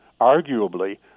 arguably